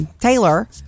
taylor